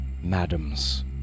madams